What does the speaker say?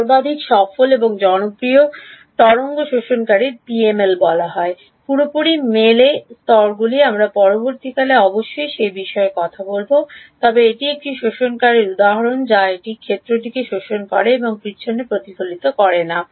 সর্বাধিক সফল এবং জনপ্রিয় তরঙ্গ শোষণকারীকে পিএমএল বলা হয় পুরোপুরি মেলে স্তরগুলি আমরা পরবর্তীকালে অবশ্যই সেই বিষয়ে কথা বলব তবে এটি একটি শোষণকারীর উদাহরণ যা এটি ক্ষেত্রটি শোষণ করে এবং পিছনে প্রতিফলিত করে না